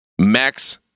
Max